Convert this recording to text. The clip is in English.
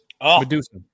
Medusa